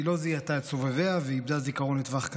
היא לא זיהתה את סובביה ואיבדה זיכרון לטווח קצר.